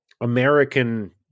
American